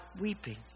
weeping